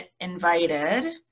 invited